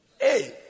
Hey